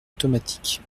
automatique